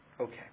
Okay